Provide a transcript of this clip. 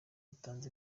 utanze